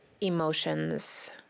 emotions